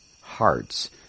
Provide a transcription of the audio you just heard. hearts